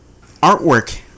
artwork